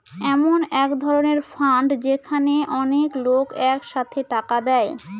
এমন এক ধরনের ফান্ড যেখানে অনেক লোক এক সাথে টাকা দেয়